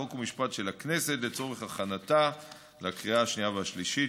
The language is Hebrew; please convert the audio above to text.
חוק ומשפט של הכנסת לצורך הכנתה לקריאה השנייה והשלישית.